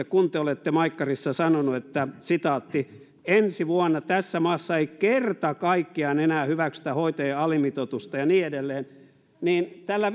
kun te olette maikkarissa sanonut että ensi vuonna tässä maassa ei kerta kaikkiaan enää hyväksytä hoitajien alimitoitusta ja niin edelleen niin tällä